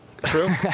True